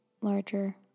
larger